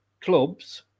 clubs